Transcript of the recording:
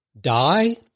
die